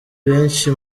benshi